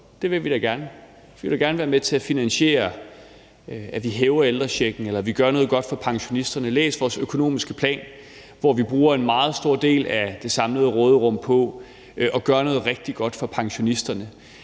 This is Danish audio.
det vil vi da gerne. Vi vil da gerne være med til at finansiere, at vi hæver ældrechecken eller gør noget godt for pensionisterne. Læs vores økonomiske plan, hvor vi bruger en meget stor del af det samlede råderum på at gøre noget rigtig godt for pensionisterne.